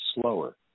slower